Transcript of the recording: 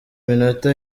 minota